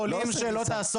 לא, לא אוסר כניסה.